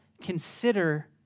consider